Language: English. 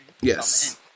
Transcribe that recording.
Yes